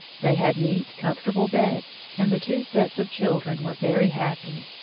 they had neat, comfortable beds, and the two sets of children were very happy.